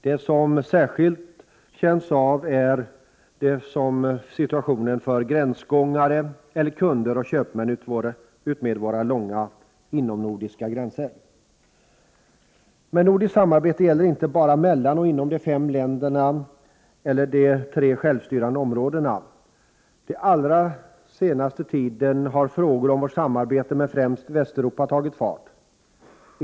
De som särskilt känner av det är gränsgångare eller kunder och köpmän utmed våra långa inomnordiska gränser. Men nordiskt samarbete gäller inte bara mellan och inom de fem länderna eller de tre självstyrande områdena. Den allra senaste tiden har frågor om vårt samarbete med främst Västeuropa tagit fart.